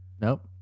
Nope